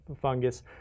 fungus